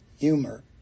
humor